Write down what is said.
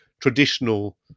traditional